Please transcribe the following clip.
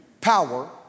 power